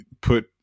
put